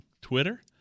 Twitter